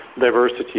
diversity